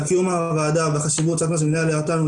על קיום הוועדה והחשיבות שאת מזמינה אותנו,